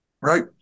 right